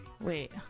Wait